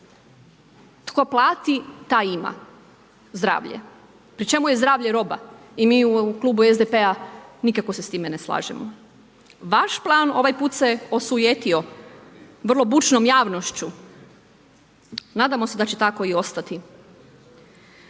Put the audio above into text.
Tko plati, taj ima zdravlje. Pri čemu je zdravlje roba i mi u klubu SDP-a nikako se s time ne slažemo. Vaš plan ovog puta se osujetio, vrlo bučnom javnošću. Nadamo se da će tako i ostati.